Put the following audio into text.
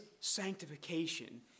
sanctification